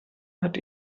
hat